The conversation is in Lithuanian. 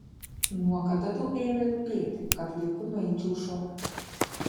nuo kada tau ėmė rūpėti kad laiku nueičiau šokti